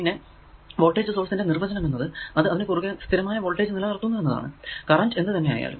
പിന്നെ voltage source ന്റെ നിർവചനം എന്നത് അത് അതിനു കുറുകെ സ്ഥിരമായ വോൾടേജ് നിലനിർത്തുന്നു എന്നതാണ് കറന്റ് എന്ത് തന്നെ ആയാലും